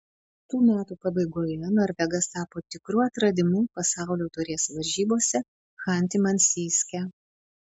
tų metų pabaigoje norvegas tapo tikru atradimu pasaulio taurės varžybose chanty mansijske